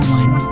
one